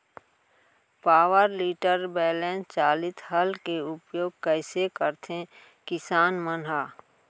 Power tiller बैलेंस चालित हल के उपयोग कइसे करथें किसान मन ह?